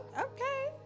okay